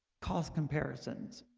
cost comparisons